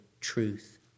truth